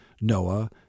Noah